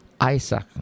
Isaac